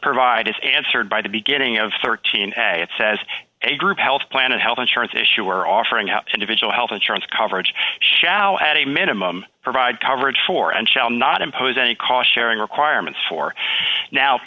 provide is answered by the beginning of thirteen a it says a group health plan a health insurance issuer offering up individual health insurance coverage shall at a minimum provide coverage for and shall not impose any cost sharing requirements for now